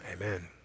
Amen